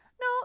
no